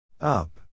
up